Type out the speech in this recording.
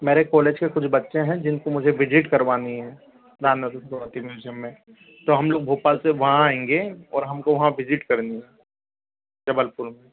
मेरे कोलेज के कुछ बच्चे हैं जिनको मुझे विज़िट करवानी है नाना दुर्गावती म्यज़ियम में तो हम लोग भोपाल से वहाँ आएंगे और हम को वहाँ विज़िट करनी है जबलपुर में